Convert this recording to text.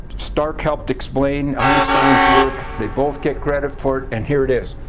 stark helped explain einstein's work. they both get credit for it, and here it is,